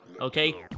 okay